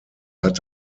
hat